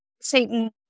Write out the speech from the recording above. Satan